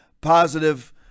positive